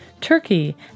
Turkey